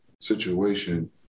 situation